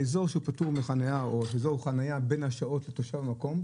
האזור שפטור מחניה או אזור חניה בין השעות לתושב המקום,